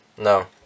No